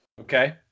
Okay